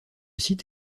site